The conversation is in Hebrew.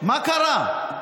מה קרה?